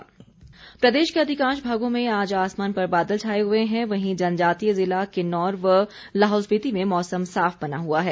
मौसम प्रदेश के अधिकांश भागों में आज आसमान पर बादल छाए हुए हैं वहीं जनजातीय जिला किन्नौर व लाहौल स्पिति में मौसम साफ बना हुआ है